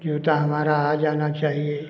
जूता हमारा आ जाना चाहिए